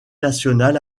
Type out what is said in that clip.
nationale